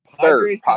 Third